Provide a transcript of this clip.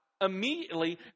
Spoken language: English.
immediately